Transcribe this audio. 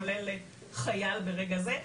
כולל חייל ברגע זה,